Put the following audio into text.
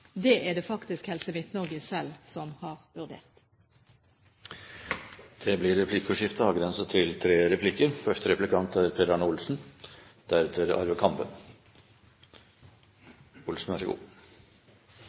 det er det faktisk Helse Midt-Norge selv som har vurdert. Det blir replikkordskifte. Det